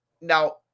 Now